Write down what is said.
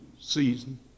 season